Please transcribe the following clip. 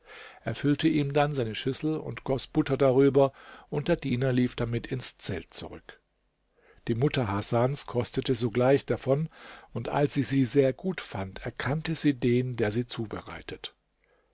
füllte ihm dann seine schüssel und goß butter darüber und der diener lief damit ins zelt zurück die mutter hasans kostete sogleich davon und als sie sie sehr gut fand erkannte sie den der sie zubereitet